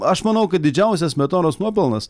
aš manau kad didžiausias smetonos nuopelnas